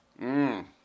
Mmm